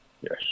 Yes